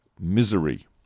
misery